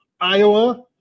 Iowa